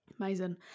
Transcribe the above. Amazing